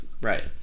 Right